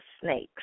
snakes